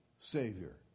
Savior